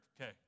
Okay